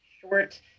short